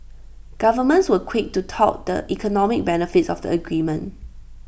governments were quick to tout the economic benefits of the agreement